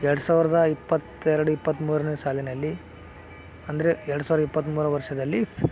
ಎರಡು ಸಾವಿರದ ಇಪ್ಪತ್ತೆರಡು ಇಪ್ಪತ್ಮೂರನೆ ಸಾಲಿನಲ್ಲಿ ಅಂದರೆ ಎರಡು ಸಾವಿರ ಇಪ್ಪತ್ಮೂರು ವರ್ಷದಲ್ಲಿ